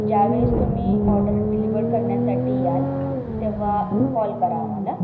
ज्या वेळेस तुम्ही ऑर्डर डिलिव्हर करण्यासाठी याल तेव्हा कॉल करा आम्हाला